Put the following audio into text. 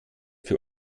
für